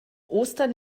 ostern